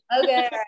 Okay